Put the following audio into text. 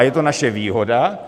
A je to naše výhoda.